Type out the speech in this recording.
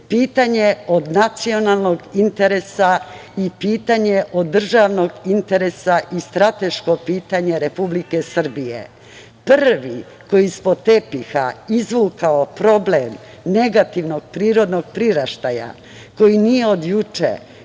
pitanje od nacionalnog interesa i pitanje od državnog interesa i strateško pitanje Republike Srbije. Prvi koji je ispod tepiha izvukao problem negativnog priraštaja koji nije od juče,